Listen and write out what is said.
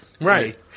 Right